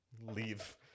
leave